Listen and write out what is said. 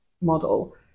model